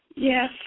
Yes